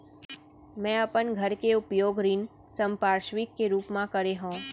मै अपन घर के उपयोग ऋण संपार्श्विक के रूप मा करे हव